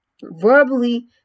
verbally